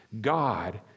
God